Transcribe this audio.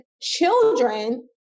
children